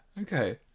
Okay